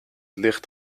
licht